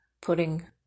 putting